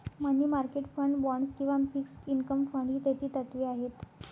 मनी market fund, bonds किंवा fixed income fund ही त्याची तत्त्वे आहेत